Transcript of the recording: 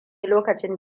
lokacin